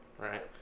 right